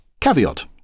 caveat